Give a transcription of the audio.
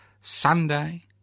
Sunday